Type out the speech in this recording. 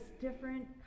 different